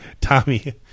Tommy